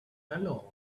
alone